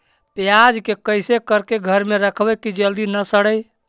प्याज के कैसे करके घर में रखबै कि जल्दी न सड़ै?